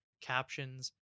captions